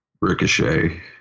Ricochet